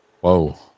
whoa